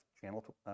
channel